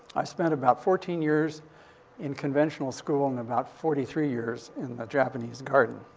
i spent about fourteen years in conventional school and about forty three years in the japanese garden.